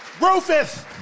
Rufus